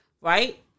right